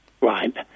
right